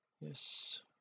yes